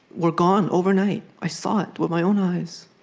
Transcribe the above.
were gone overnight. i saw it with my own eyes.